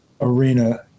arena